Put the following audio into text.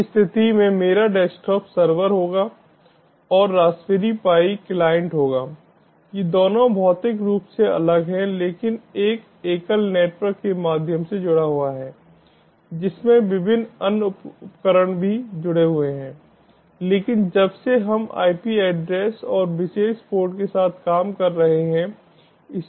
इस स्थिति में मेरा डेस्कटॉप सर्वर होगा और रासबेरी पाई क्लाइंट होगा ये दोनों भौतिक रूप से अलग हैं लेकिन एक एकल नेटवर्क के माध्यम से जुड़ा हुआ है जिसमें विभिन्न अन्य उपकरण भी जुड़े हुए हैं लेकिन जब से हम IP एड्रेस और विशेष पोर्ट के साथ काम कर रहे हैं